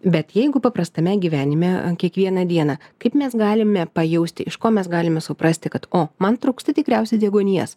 bet jeigu paprastame gyvenime ant kiekvieną dieną kaip mes galime pajausti iš ko mes galime suprasti kad o man trūksta tikriausiai deguonies